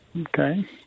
Okay